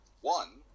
one